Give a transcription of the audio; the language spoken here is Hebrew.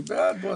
אני בעד.